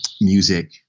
music